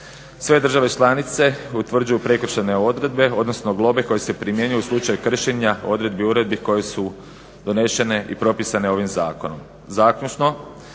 Sve države članice utvrđuju prekršajne odredbe, odnosno globe koje se primjenjuju u slučaju kršenja odredbi uredbi koje su donesene i propisane ovim zakonom.